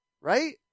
right